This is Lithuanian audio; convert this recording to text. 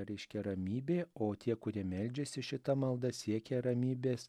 reiškia ramybė o tie kurie meldžiasi šita malda siekia ramybės